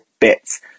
bits